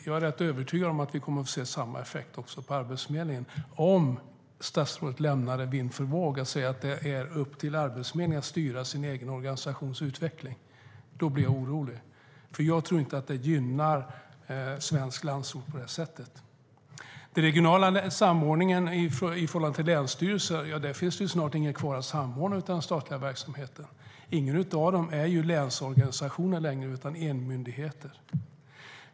Jag är rätt övertygad om att vi kommer att få se samma effekt också när det gäller Arbetsförmedlingen, om statsrådet lämnar det vind för våg och säger att det är upp till Arbetsförmedlingen att styra sin egen organisations utveckling. Då blir jag orolig, för jag tror inte att det gynnar svensk landsort. När det gäller den regionala samordningen i form av länsstyrelser finns det snart inget kvar att samordna av den statliga verksamheten. Ingen av dem är ju längre länsorganisationer utan enmyndigheter.